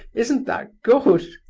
isn't that good!